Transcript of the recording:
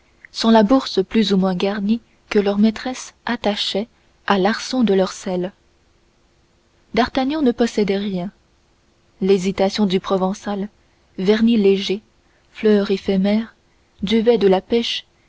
sans la bourse plus ou moins garnie que leur maîtresse attachait à l'arçon de leur selle d'artagnan ne possédait rien l'hésitation du provincial vernis léger fleur éphémère duvet de la pêche